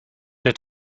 der